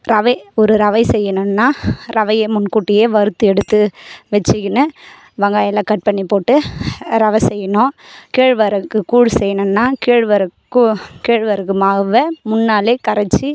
ரவை ஒரு ரவை செய்யணுன்னால் ரவையை முன்கூட்டியே வறுத்து எடுத்து வெச்சுக்கின்னு வெங்காயலாம் கட் பண்ணி போட்டு ரவை செய்யணும் கேழ்வரகு கூழ் செய்யணுன்னால் கேழ்வரகு கேழ்வரகு மாவை முன் நாளே கரச்சு